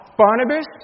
Barnabas